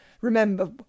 remember